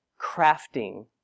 crafting